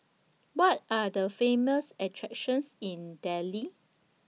What Are The Famous attractions in Dili